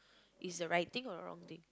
is a right thing or wrong thing